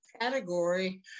category